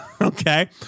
okay